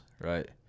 right